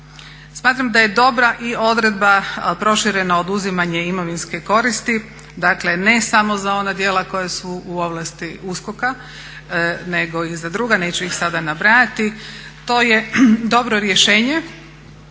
Smatram da je dobra i odredba proširena oduzimanje imovinske koristi, dakle ne samo za ona djela koja su u ovlasti USKOK-a nego i za druga, neću ih sada nabrajati. To je dobro rješenje